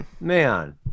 man